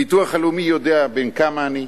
הביטוח הלאומי יודע בן כמה אני,